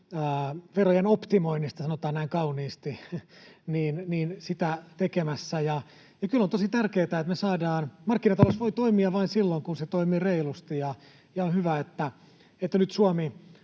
verojen optimointia — sanotaan näin kauniisti — tekemässä. Ja kyllä on tosi tärkeätä, että me saadaan... Markkinatalous voi toimia vain silloin, kun se toimii reilusti, ja on hyvä, että nyt Suomi